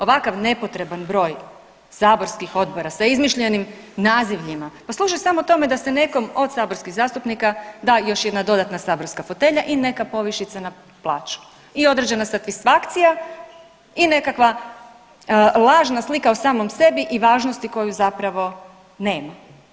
Ovakav nepotreban broj saborskih odbora sa izmišljenim nazivima pa služe samo tome da se nekom od saborskih zastupnika da još jedna dodatna saborska fotelja i neka povišica na plaću i određena satisfakcija i nekakva lažna slika o samom sebi i važnosti koju zapravo nema.